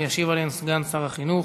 וישיב עליהן סגן שר החינוך.